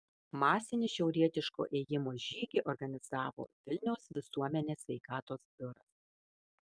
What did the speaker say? masinį šiaurietiško ėjimo žygį organizavo vilniaus visuomenės sveikatos biuras